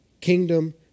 kingdom